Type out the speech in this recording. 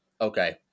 okay